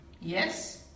Yes